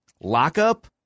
Lockup